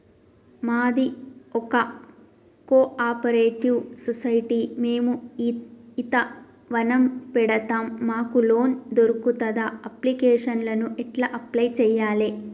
మాది ఒక cooperative society మేము ఈత వనం పెడతం మాకు లోన్ దొర్కుతదా? అప్లికేషన్లను ఎట్ల అప్లయ్ చేయాలే?